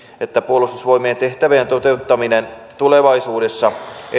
että puolustusvoimien tehtävien toteuttaminen tulevaisuudessa edellyttää